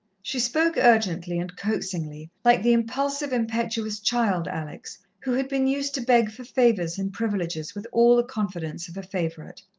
she spoke urgently and coaxingly, like the impulsive, impetuous child alex, who had been used to beg for favours and privileges with all the confidence of a favourite.